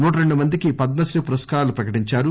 నూట రెండు మందికి పద్మశ్రీ పురస్కారాలు ప్రకటించారు